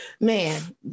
man